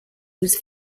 was